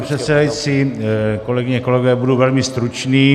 Pane předsedající, kolegyně, kolegové, budu velmi stručný.